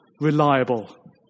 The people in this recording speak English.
reliable